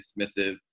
dismissive